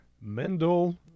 Mendel